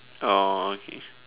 oh okay